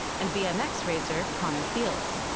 and bmx racer, connor fields.